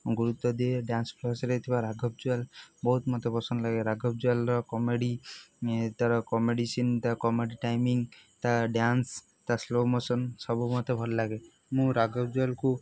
ଗୁରୁତ୍ୱ ଦିଏ ଡ଼୍ୟାନ୍ସ କ୍ଲାସ୍ରେ ଥିବା ରାଘବ୍ ଜୁୱାଲ୍ ବହୁତ ମୋତେ ପସନ୍ଦ ଲାଗେ ରାଘବ୍ ଜୁୱାଲ୍ର କମେଡ଼ି ତା'ର କମେଡ଼ି ସିନ୍ ତା କମେଡ଼ି ଟାଇମିଂ ତା ଡ଼୍ୟାନ୍ସ ତା ସ୍ଲୋ ମୋସନ୍ ସବୁ ମୋତେ ଭଲ ଲାଗେ ମୁଁ ରାଘବ୍ ଜୁୱାଲ୍କୁ